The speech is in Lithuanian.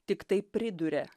tiktai priduria